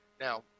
Now